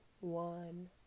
one